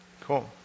Cool